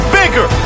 bigger